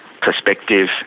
perspective